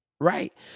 right